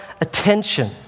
attention